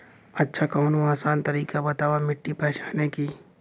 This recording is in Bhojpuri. अच्छा कवनो आसान तरीका बतावा मिट्टी पहचाने की?